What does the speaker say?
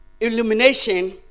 illumination